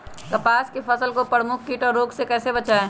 कपास की फसल को प्रमुख कीट और रोग से कैसे बचाएं?